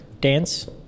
Dance